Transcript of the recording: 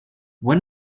when